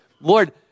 Lord